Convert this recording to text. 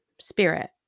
spirit